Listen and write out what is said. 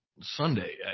Sunday